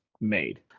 made